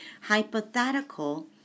hypothetical